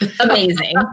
amazing